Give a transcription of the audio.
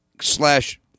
slash